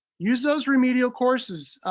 use those remedial courses.